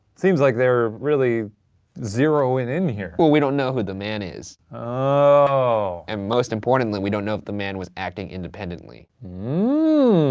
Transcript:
seems like they're really zeroing in here. well, we don't know who the man is. ohhh. and most importantly, we don't know if the man was acting independently. mmm.